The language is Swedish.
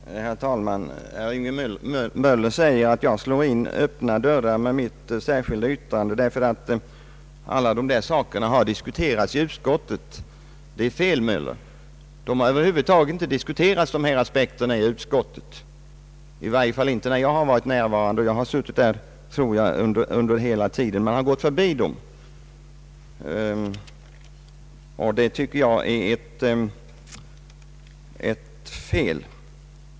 Herr talman! Herr Möller säger att jag slår in öppna dörrar med mitt särskilda yttrande, därför att alla dessa frågor har diskuterats i utskottet. Det är fel, herr Möller! Dessa aspekter har över huvud taget inte diskuterats i utskottet, i varje fall inte när jag har varit närvarande — och jag tror att jag har suttit där under hela behandlingen av detta ärende. Man har gått förbi dem, och jag anser att det är ett fel.